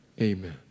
Amen